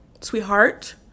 sweetheart